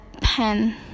pen